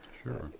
Sure